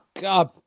God